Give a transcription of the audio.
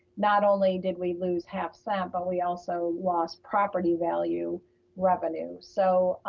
not only did we lose half-cent, but we also lost property value revenue. so,